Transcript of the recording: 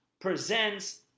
presents